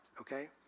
okay